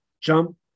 jump